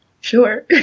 Sure